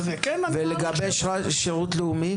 ולגבי שירות לאומי?